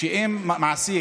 שאם מעסיק